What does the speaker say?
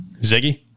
Ziggy